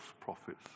prophets